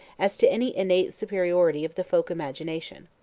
as to any innate superiority of the folk-imagination.